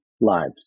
lives